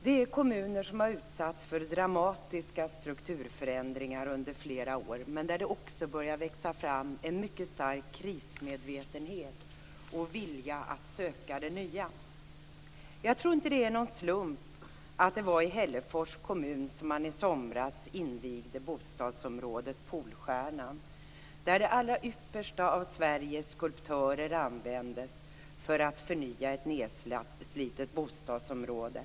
Det är kommuner som utsatts för dramatiska strukturförändringar under flera år, men där det också börjar växa fram en mycket stark krismedvetenhet och vilja att söka det nya. Jag tror inte att det var någon slump att det var i Hällefors kommun som man i somras invigde bostadsområdet Polstjärnan, där man använt de allra yppersta av Sveriges skulptörer för att förnya ett nedslitet bostadsområde.